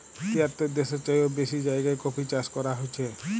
তিয়াত্তর দ্যাশের চাইয়েও বেশি জায়গায় কফি চাষ ক্যরা হছে